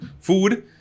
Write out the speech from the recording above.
food